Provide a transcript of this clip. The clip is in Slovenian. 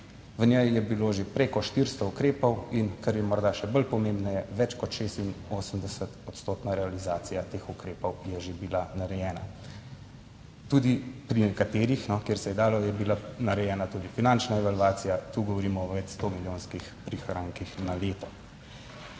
V njej je bilo že preko 400 ukrepov in kar je morda še bolj pomembno, je več kot 86 odstotna realizacija teh ukrepov je že bila narejena. Tudi pri nekaterih, kjer se je dalo, je bila narejena tudi finančna evalvacija. Tu govorimo o več sto milijonskih prihrankih na leto.